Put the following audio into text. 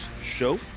show